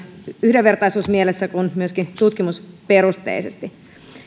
yhdenvertaisuusmielessä kuten myöskin tutkimusperusteisesti